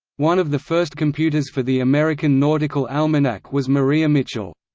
one of the first computers for the american nautical almanac was maria mitchel.